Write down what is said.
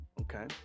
okay